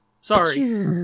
sorry